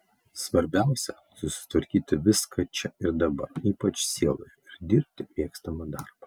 svarbiausia susitvarkyti viską čia ir dabar ypač sieloje ir dirbti mėgstamą darbą